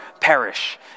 perish